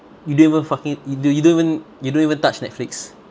you don't even fucking d~ you don't even you don't even touch netflix